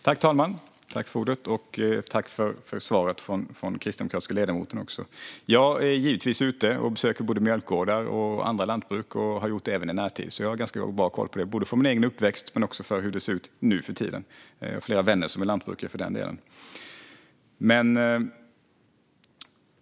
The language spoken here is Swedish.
Herr talman! Jag tackar för svaret från den kristdemokratiske ledamoten. Jag är givetvis ute och besöker mjölkgårdar och andra lantbruk och har gjort det även i närtid. Jag har alltså ganska bra koll på det, utifrån min egen uppväxt och hur det ser ut nu för tiden. Jag har för den delen även flera vänner som är lantbrukare.